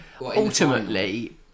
ultimately